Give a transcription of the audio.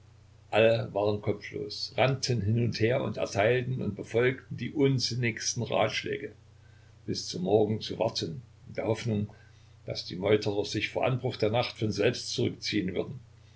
alle waren kopflos rannten hin und her und erteilten und befolgten die unsinnigsten ratschläge bis zum morgen zu warten in der hoffnung daß die meuterer sich vor anbruch der nacht von selbst zurückziehen würden